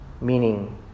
Meaning